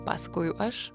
pasakoju aš